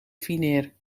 fineer